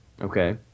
Okay